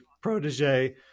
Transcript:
protege